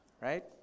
right